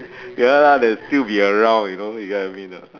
ya lah they'll still be around you know you get what I mean or not